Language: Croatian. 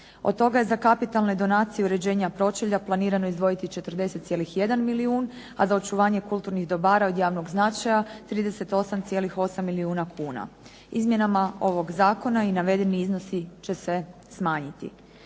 od toga je za kapitalne donacije i uređenje pročelja planirano izdvojiti 40,1 milijun, a za očuvanje kulturnih dobara od javnog značaja 38,8 milijuna kuna. Izmjenama ovog zakona i navedeni iznosi će se smanjiti.